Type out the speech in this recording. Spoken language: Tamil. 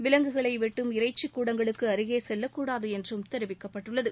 விலங்குகளை வெட்டும் இறைச்சிக் கூடங்களுக்கு அருகே செல்லக்கூடாது என்றும் தெரிவிக்கப்பட்டுள்ளது